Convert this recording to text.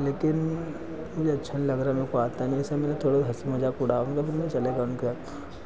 लेकिन मुझे अच्छा नहीं लग रहा मुझको आता नहीं ऐसा मेरा थोड़ा हँसी मज़ाक उड़ाऊँगा तो मैं चलेगा उनका